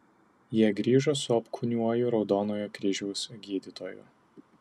jie grįžo su apkūniuoju raudonojo kryžiaus gydytoju